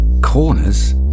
Corners